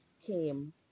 came